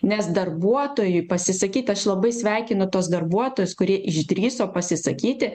nes darbuotojui pasisakyt aš labai sveikinu tuos darbuotojus kurie išdrįso pasisakyti